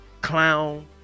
clown